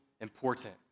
important